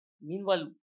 Meanwhile